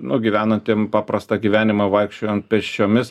nu gyvenantiem paprastą gyvenimą vaikščiojant pėsčiomis